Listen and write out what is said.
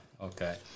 Okay